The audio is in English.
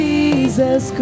Jesus